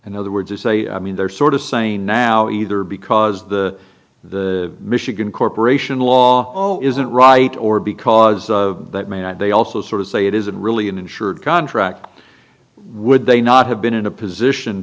in other words it's a i mean they're sort of saying now either because the the michigan corporation law oh isn't right or because of that may not they also sort of say it isn't really an insured contract would they not have been in a position